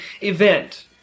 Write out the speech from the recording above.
event